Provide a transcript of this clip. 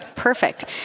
Perfect